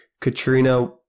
Katrina